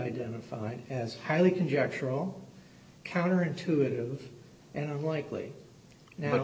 identified as highly conjectural counter intuitive and i'm like lee now